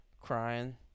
crying